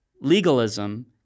legalism